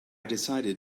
decided